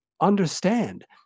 understand